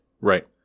Right